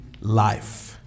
life